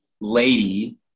lady